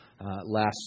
last